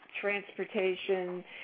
transportation